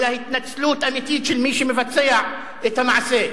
אלא התנצלות אמיתית של מי שמבצע את המעשה.